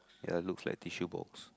ya it looks like tissue box